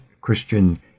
Christian